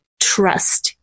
Trust